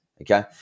okay